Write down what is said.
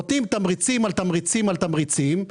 נותנים תמריצים על תמריצים על תמריצים,